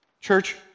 Church